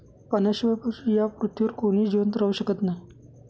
पाण्याशिवाय या पृथ्वीवर कोणीही जिवंत राहू शकत नाही